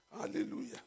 Hallelujah